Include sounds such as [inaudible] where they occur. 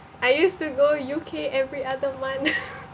I used to go U_K every other month [laughs]